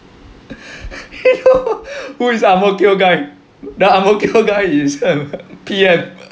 !eww! who is ang mo kio guy the ang mo kio guy is um P_M